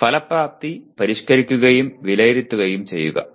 ഫലപ്രാപ്തി പരിഷ്കരിക്കുകയും വിലയിരുത്തുകയും ചെയ്യുക